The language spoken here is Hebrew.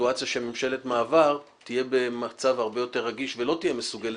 מסיטואציה שממשלת מעבר תהיה במצב הרבה יותר רגיש ולא תהיה מסוגלת.